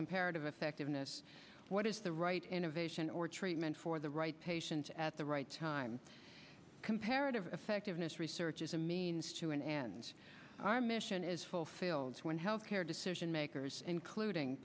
comparative effectiveness what is the right innovation or treatment for the right patient at the right time comparative effectiveness research is a means to an end our mission is fulfilled when health care decision makers including